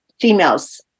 females